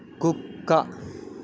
కుక్క